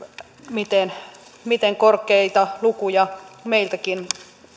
miten miten korkeita lukuja meiltäkin